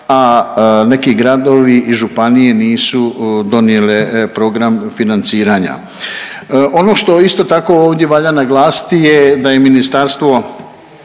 a neki gradovi i županije nisu donijele program financiranja. Ono što isto tako ovdje valja naglasiti je da je Ministarstvo